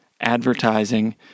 advertising